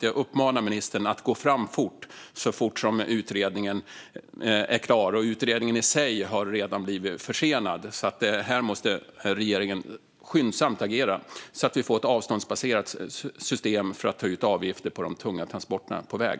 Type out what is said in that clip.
Jag uppmanar därför ministern att gå fram så fort utredningen är klar. Utredningen i sig har redan blivit försenad, så regeringen måste agera skyndsamt här. Vi behöver få ett avståndsbaserat system för att ta ut avgifter på de tunga transporterna på väg.